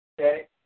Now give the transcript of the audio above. Okay